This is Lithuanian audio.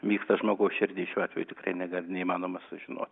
vyksta žmogaus širdy šiuo atveju tikrai nega neįmanoma sužinot